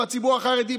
בציבור החרדי,